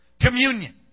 Communion